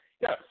Yes